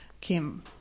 Kim